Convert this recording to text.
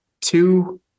two